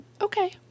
okay